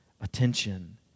attention